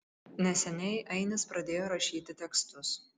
neseniai ainis pradėjo rašyti tekstus